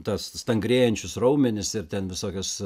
tas stangrėjančius raumenis ir ten visokios